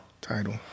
Title